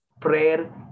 prayer